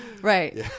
Right